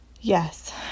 Yes